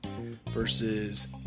versus